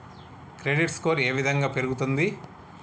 Credit score ఏ విధంగా పెరుగుతుంది?